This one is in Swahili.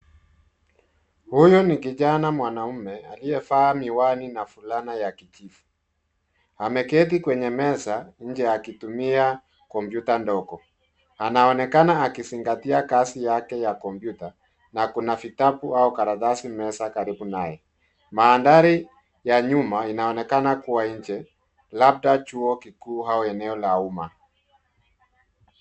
Huyo ni kijana mwanaume, aliyevaa miwani na fulana ya kijivu. Ameketi kwenye meza nje akitumia kompyuta ndogo. Anaonekana akizingatia kazi yake ya kompyuta, na kuna vitabu au karatasi meza karibu naye. Mandhari ya nyuma inaonekana kuwa nje, labda chuo kikuu au eneo la uma.